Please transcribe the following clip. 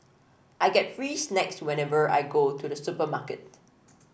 I get free snacks whenever I go to the supermarket